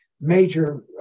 major